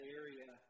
area